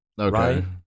Okay